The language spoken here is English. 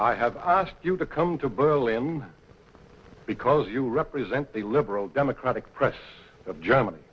i have asked you to come to burley him because you represent the liberal democratic press of germany